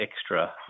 extra